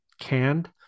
canned